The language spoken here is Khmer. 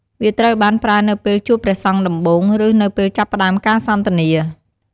វាត្រូវបានប្រើនៅពេលជួបព្រះសង្ឃដំបូង ឬនៅពេលចាប់ផ្តើមការសន្ទនា។